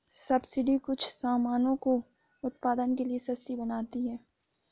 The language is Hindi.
सब्सिडी कुछ सामानों को उत्पादन के लिए सस्ती बनाती है